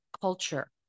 culture